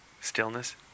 Stillness